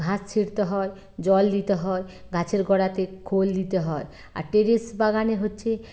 ঘাস ছিঁড়তে হয় জল দিতে হয় গাছের গোড়াতে খোল দিতে হয় আর টেরেস বাগানে হচ্ছে